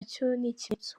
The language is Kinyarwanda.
ikimenyetso